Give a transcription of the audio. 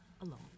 alone